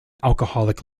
alcoholic